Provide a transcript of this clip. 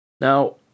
Now